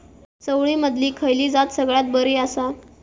चवळीमधली खयली जात सगळ्यात बरी आसा?